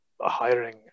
hiring